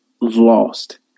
lost